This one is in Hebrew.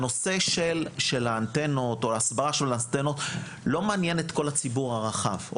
הנושא של האנטנות או ההסברה של האנטנות לא מעניין את כל הציבור הרחב.